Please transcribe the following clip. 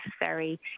necessary